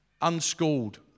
unschooled